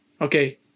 okay